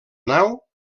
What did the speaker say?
nau